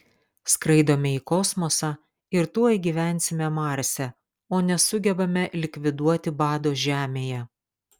skraidome į kosmosą ir tuoj gyvensime marse o nesugebame likviduoti bado žemėje